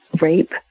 rape